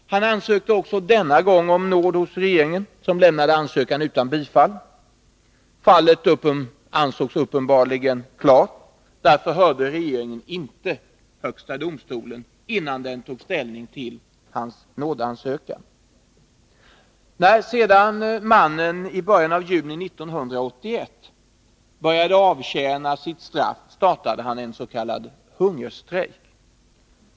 Han ansökte också denna gång om nåd hos regeringen, som lämnade ansökan utan bifall. Fallet ansågs uppenbarligen klart. Därför hörde regeringen inte Högsta domstolen, innan den tog ställning till nådeansökan. När sedan mannen i början av juni 1981 började avtjäna sitt straff, startade han en ”hungerstrejk”.